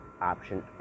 option